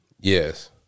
Yes